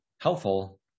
helpful